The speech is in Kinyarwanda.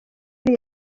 iri